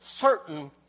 certain